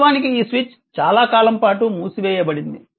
వాస్తవానికి ఈ స్విచ్ చాలా కాలం పాటు మూసివేయబడింది